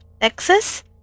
Texas